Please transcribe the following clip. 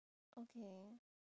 okay